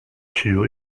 sił